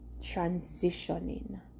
transitioning